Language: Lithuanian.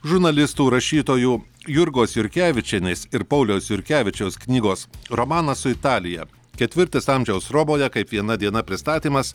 žurnalistų rašytojų jurgos jurkevičienės ir pauliaus jurkevičiaus knygos romanas su italija ketvirtis amžiaus roboje kaip viena diena pristatymas